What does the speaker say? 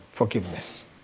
forgiveness